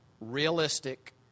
realistic